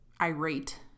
irate